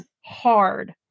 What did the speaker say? hard